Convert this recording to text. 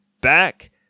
back